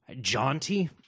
jaunty